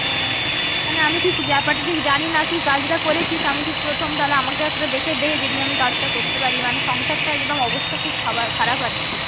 ও মানে আমি ঠিক ব্যাপারটা ঠিক জানি না তুই কাজটা করেছিস আমি ঠিক প্রথম তাহলে আমাকে একটা দেখে দে যদি আমি কাজটা করতে পারি মানে সংসারটা একদম অবস্থা খুব খারাপ আর কি